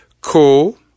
cool